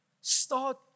Start